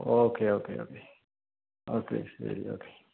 okay okay okay ശരി okay